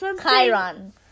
Chiron